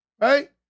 right